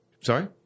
sorry